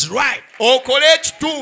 right